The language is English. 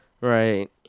right